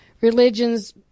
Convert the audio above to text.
religions